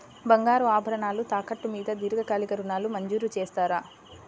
బంగారు ఆభరణాలు తాకట్టు మీద దీర్ఘకాలిక ఋణాలు మంజూరు చేస్తారా?